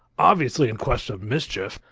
obviously in quest of mischief,